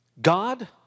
God